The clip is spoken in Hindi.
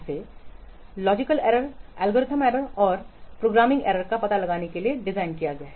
इसे लॉजिकलएरर्स एल्गोरिथम त्रुटियों और प्रोग्रामिंग त्रुटियों का पता लगाने के लिए डिज़ाइन किया गया है